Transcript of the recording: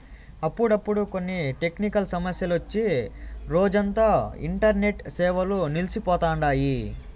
అప్పుడప్పుడు కొన్ని టెక్నికల్ సమస్యలొచ్చి రోజంతా ఇంటర్నెట్ సేవలు నిల్సి పోతండాయి